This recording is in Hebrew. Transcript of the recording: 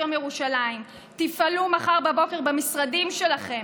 יום ירושלים תפעלו מחר בבוקר במשרדים שלכם,